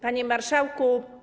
Panie Marszałku!